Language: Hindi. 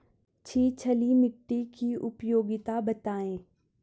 छिछली मिट्टी की उपयोगिता बतायें?